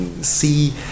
see